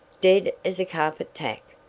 dead as a carpet tack,